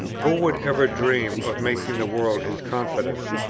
who would ever dream of making the world his confidant?